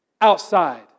outside